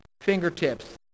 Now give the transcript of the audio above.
fingertips